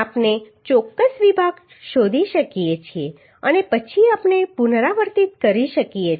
આપણે ચોક્કસ વિભાગ શોધી શકીએ છીએ અને પછી આપણે પુનરાવર્તિત કરી શકીએ છીએ